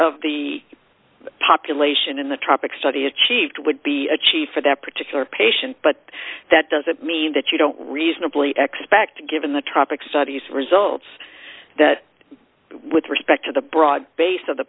of the population in the tropics study achieved would be achieved for that particular patient but that doesn't mean that you don't reasonably expect given the tropics study's results that with respect to the broad base of the